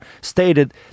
stated